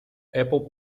apple